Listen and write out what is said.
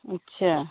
अच्छा